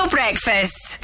Breakfast